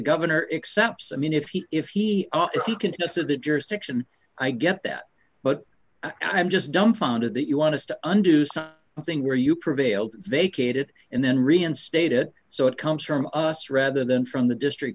governor excepts i mean if he if he if he can just of the jurisdiction i get that but i'm just dumbfounded that you want to understand something where you prevailed vacated and then reinstated so it comes from us rather than from the district